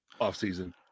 offseason